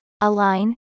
align